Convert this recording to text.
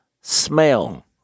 smell